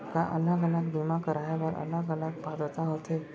का अलग अलग बीमा कराय बर अलग अलग पात्रता होथे?